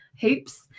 hoops